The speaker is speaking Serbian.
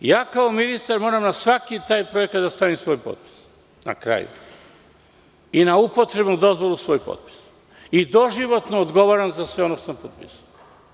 Ja kao ministar moram na svaki taj projekat da stavim svoj potpis na kraju, i na upotrebnu dozvolu svoj potpis i doživotno odgovaram za sve ono što sam potpisao.